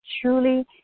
truly